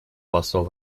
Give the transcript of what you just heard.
посол